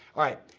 alright,